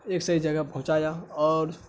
ایک صحیح جگہ پہنچایا اور